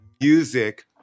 music